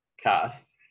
cast